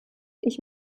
ich